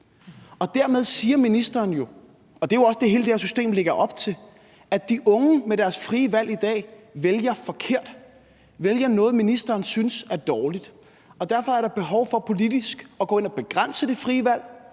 Dermed siger ministeren jo, og det er også det, hele det her system lægger op til, at de unge med deres frie valg i dag vælger forkert, vælger noget, ministeren synes er dårligt, og derfor er der behov for politisk at gå ind at begrænse det frie valg,